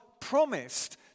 promised